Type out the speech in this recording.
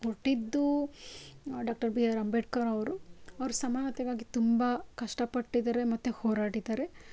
ಹೊರಟಿದ್ದು doctor B R Ambedkar ಅವರು ಅವರು ಸಮಾನತೆ ಬಗ್ಗೆ ತುಂಬ ಕಷ್ಟಪಟ್ಟಿದ್ದಾರೆ ಮತ್ತು ಹೋರಾಡಿದ್ದಾರೆ